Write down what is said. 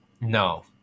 No